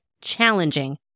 challenging